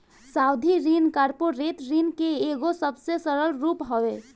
सावधि ऋण कॉर्पोरेट ऋण के एगो सबसे सरल रूप हवे